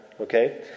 Okay